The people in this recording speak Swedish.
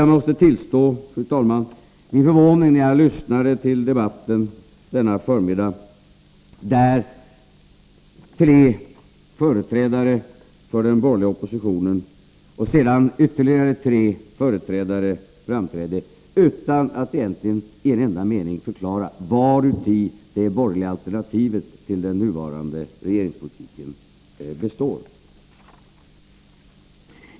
Jag måste tillstå min förvåning när jag lyssnade till debatten denna förmiddag, där först tre företrädare för den borgerliga oppositionen framträdde och sedan ytterligare tre utan att i en enda mening förklara varuti det borgerliga alternativet till den nuvarande regeringspolitiken består.